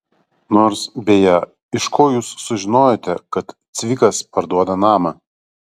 nors beje iš ko jūs sužinojote kad cvikas parduoda namą